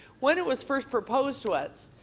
when it was first proposed to us,